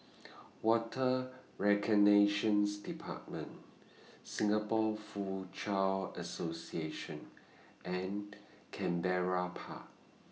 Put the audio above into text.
Water department Singapore Foochow Association and Canberra Park